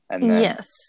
Yes